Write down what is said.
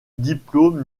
diplôme